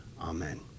Amen